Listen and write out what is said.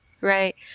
Right